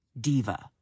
diva